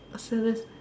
seven